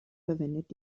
verwendet